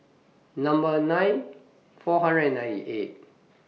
Number nine four hundred and ninety eight